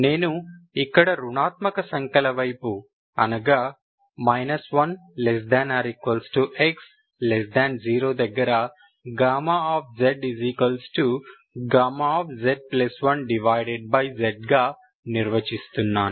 నేను ఇక్కడ రుణాత్మక సంఖ్యల వైపు అనగా 1≤x0 దగ్గర zz1z గా నిర్వచిస్తున్నాను